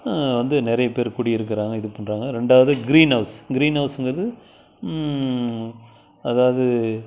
வந்து நிறைய பேர் குடியிருக்கறாங்க இதுப்பண்றாங்க ரெண்டாவது கிரீன் ஹவுஸ் கிரீன் ஹவுஸுங்கிறது அதாவது